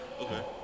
Okay